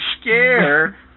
scare